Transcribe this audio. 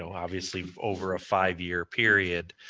so obviously, over a five year period,